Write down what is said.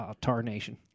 Tarnation